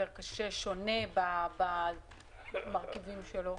יותר שונה במרכיבים שלו?